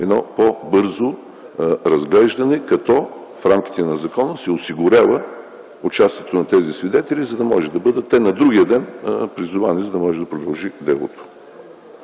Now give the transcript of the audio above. едно по-бързо разглеждане, като в рамките на закона се осигурява участието на тези свидетели, за да може да бъдат те призовани на другия ден и да може да продължи делото.